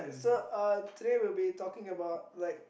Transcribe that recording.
so uh today we'll be talking about like